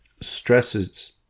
stresses